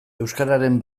euskararen